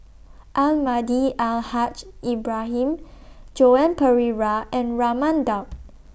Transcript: Almahdi Al Haj Ibrahim Joan Pereira and Raman Daud